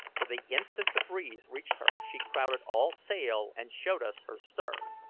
for the instant the breeze reached her she crowded all sail and showed us her stern.